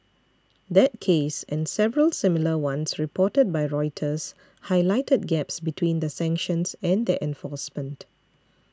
that case and several similar ones reported by Reuters Highlighted Gaps between the sanctions and their enforcement